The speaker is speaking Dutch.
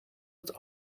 het